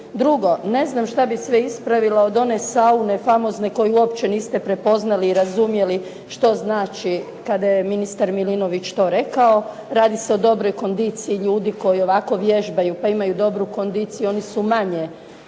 Drugo, ne znam što bih sve ispravila od one saune famozne koju uopće niste prepoznali i razumjeli što znači kada je ministar Milinović to rekao, radi se o dobroj kondiciji ljudi koji ovako vježbaju pa imaju dobru kondiciju oni su manje